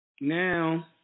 Now